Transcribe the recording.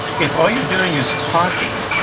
if all you're doing is talking,